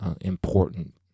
important